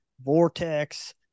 vortex